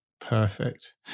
perfect